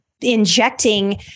injecting